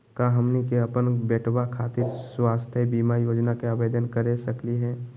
का हमनी के अपन बेटवा खातिर स्वास्थ्य बीमा योजना के आवेदन करे सकली हे?